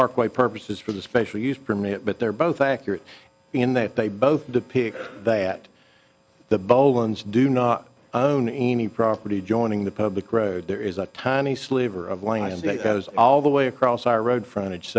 parkway purposes for the special use permit but they're both accurate in that they both depict that the bolen's do not own any property joining the public road there is a tiny sliver of land that is all the way across the road frontage